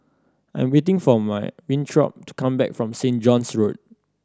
I am waiting for Winthrop to come back from Saint John's Road